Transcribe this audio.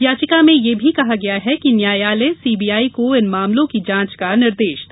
याचिका में यह भी कहा गया है कि न्यायालय सीबीआई को इन मामलों की जांच का निर्देश दे